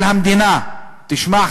על המדינה" תשמע,